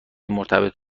مرتبط